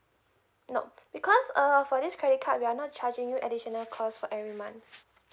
no because err for this credit card we are not charging you additional cost for every month